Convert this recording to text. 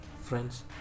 friends